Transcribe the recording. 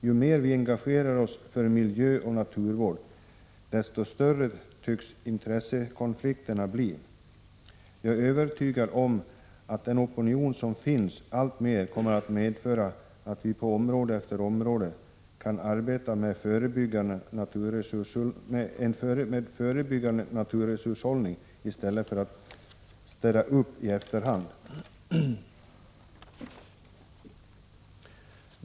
Ju mer vi engagerar oss för miljöoch naturvård, desto större tycks intressekonflikterna bli. Jag är övertygad om att den opinion som finns alltmer kommer att medföra att vi på område efter område kan arbeta med förebyggande naturresurshushållning i stället för att städa upp i efterhand.